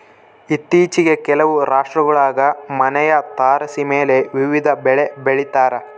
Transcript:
ಇತ್ತೀಚಿಗೆ ಕೆಲವು ರಾಷ್ಟ್ರಗುಳಾಗ ಮನೆಯ ತಾರಸಿಮೇಲೆ ವಿವಿಧ ಬೆಳೆ ಬೆಳಿತಾರ